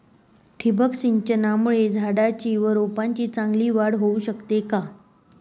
ठिबक सिंचनामुळे झाडाची व रोपांची चांगली वाढ होऊ शकते का?